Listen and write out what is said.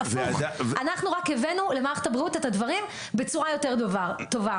הפוך: אנחנו רק הבאנו למערכת הבריאות את הדברים בצורה יותר טובה.